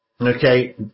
okay